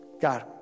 God